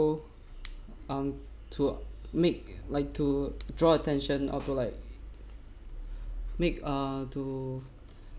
um to make like to draw attention or to like make uh to